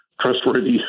trustworthy